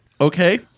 Okay